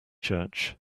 church